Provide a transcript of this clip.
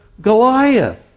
Goliath